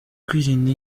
kwirinda